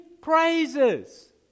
praises